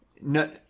No